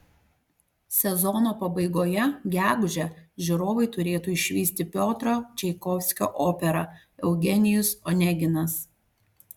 sezono pabaigoje gegužę žiūrovai turėtų išvysti piotro čaikovskio operą eugenijus oneginas